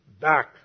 back